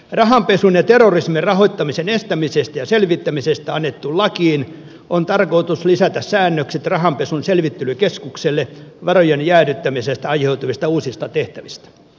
rahanpesun ja terrorismin rahoittamisen estämisestä ja selvittämisestä annettuun lakiin on tarkoitus lisätä säännökset rahanpesun selvittelykeskukselle varojen jäädyttämisestä aiheutuvista uusista tehtävistä